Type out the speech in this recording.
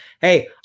Hey